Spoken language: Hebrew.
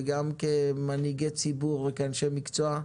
מנהיגי ציבור ואנשי מקצוע,